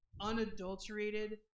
unadulterated